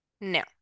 No